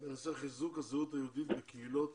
בנושא חיזוק הזהות היהודית בקהילות